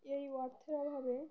এই অর্থের অভাবে